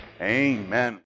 Amen